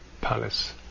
palace